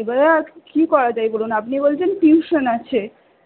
এবারে আর কি করা যায় বলুন আপনি বলছেন টিউশন আছে